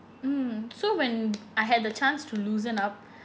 mm so when I had the chance to loosen up